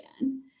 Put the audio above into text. again